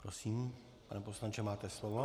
Prosím, pane poslanče, máte slovo.